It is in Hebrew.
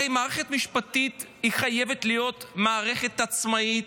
הרי מערכת משפטית חייבת להיות מערכת עצמאית,